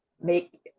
make